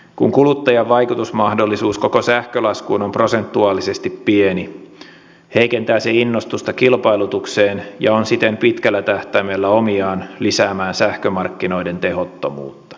kun kuluttajan vaikutusmahdollisuus koko sähkölaskuun on prosentuaalisesti pieni heikentää se innostusta kilpailutukseen ja on siten pitkällä tähtäimellä omiaan lisäämään sähkömarkkinoiden tehottomuutta